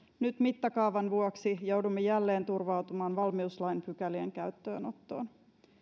nyt mittakaavan vuoksi joudumme jälleen turvautumaan valmiuslain pykälien käyttöönottoon